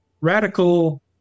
radical